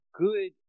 good